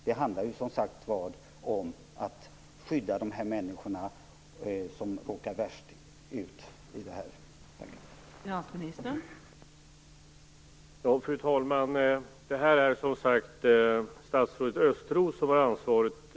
Det handlar ju, som sagt var, om att skydda de människor som råkar mest illa ut.